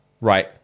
Right